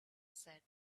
said